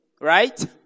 right